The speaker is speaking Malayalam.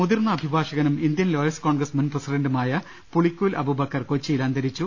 മുതിർന്ന അഭിഭാഷകനും ഇന്ത്യൻ ലോയേഴ്സ് കോൺഗ്രസ് മുൻ പ്രസിഡന്റുമായ പുളിക്കൂൽ അബൂബക്കർ കൊച്ചിയിൽ അന്തരിച്ചു